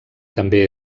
també